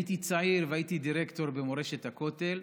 הייתי צעיר, והייתי דירקטור במורשת הכותל.